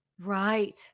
Right